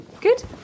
good